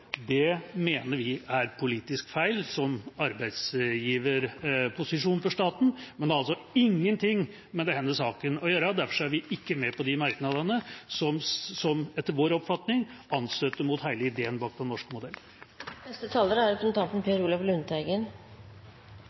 Det mener vi er politisk feil som arbeidsgiverposisjon for staten, men det har altså ingenting med denne saken å gjøre. Derfor er vi ikke med på de merknadene som, etter vår oppfatning, anstøter mot hele ideen bak den norske modellen. Senterpartiet er